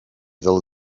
del